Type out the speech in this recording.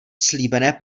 slíbené